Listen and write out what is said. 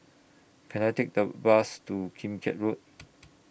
Can I Take The Bus to Kim Keat Road